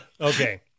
Okay